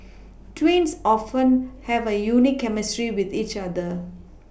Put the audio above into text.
twins often have a unique chemistry with each other